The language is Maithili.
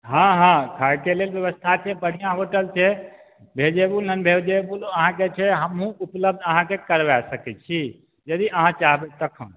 हँ हँ खाइके लेल व्यवस्था छै बढ़िऑं होटल छै भेजिटेबुल नोन भेजिटेबुल अहाँके छै हमहुँ उपलब्ध अहाँके करवाय सकै छी यदि अहाँ चाहबै तखन